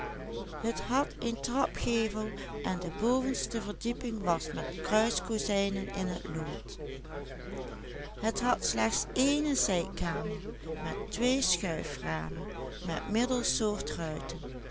met kruiskozijnen in het lood het had slechts ééne zijkamer met twee schuiframen met